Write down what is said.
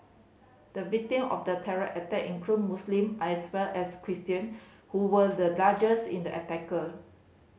the victim of the terror attack included Muslim as well as Christian who were the largest in the attacker